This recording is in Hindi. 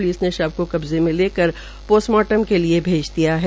प्लिस ने शव को कब्जे में लेकर पोस्टमार्टम हेत् भेज दिया है